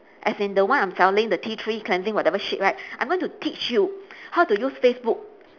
as in the one I'm selling the tea tree cleansing whatever shit right I'm going to teach you how to use facebook